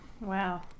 Wow